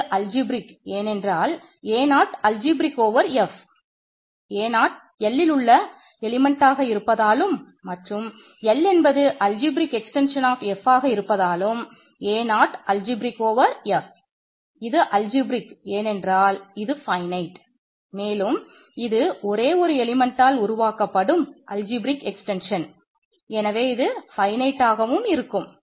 இது அல்ஜிப்ரேக் இருக்கும்